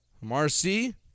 Marcy